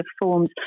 forms